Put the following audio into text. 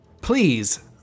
please